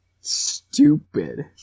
stupid